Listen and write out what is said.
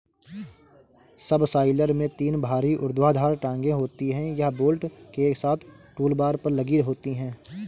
subsoiler में तीन भारी ऊर्ध्वाधर टांगें होती हैं, यह बोल्ट के साथ टूलबार पर लगी होती हैं